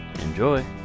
Enjoy